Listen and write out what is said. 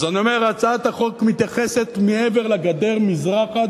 אז אני אומר: הצעת החוק מתייחסת מעבר לגדר מזרחה,